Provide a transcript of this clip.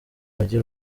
mujyi